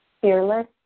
fearless